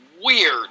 weird